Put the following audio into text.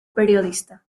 periodista